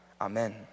amen